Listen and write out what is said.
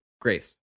Grace